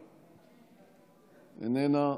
איננה,